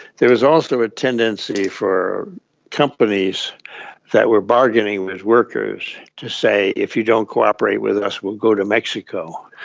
there was also a tendency for companies that were bargaining with workers to say if you don't cooperate with us will go to mexico.